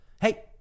hey